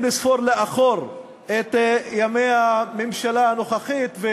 לספור לאחור את ימי הממשלה הנוכחית.